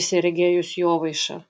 ir sergejus jovaiša